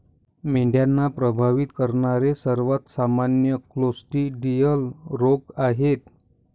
मेंढ्यांना प्रभावित करणारे सर्वात सामान्य क्लोस्ट्रिडियल रोग आहेत